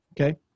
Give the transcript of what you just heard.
Okay